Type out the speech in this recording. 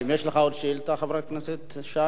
יש לך עוד שאלה, חבר הכנסת שי?